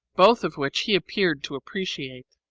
both of which he appeared to appreciate.